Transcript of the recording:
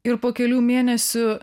ir po kelių mėnesių